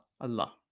Allah